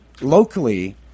locally